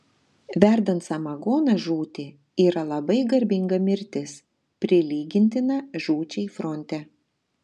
verdant samagoną žūti yra labai garbinga mirtis prilygintina žūčiai fronte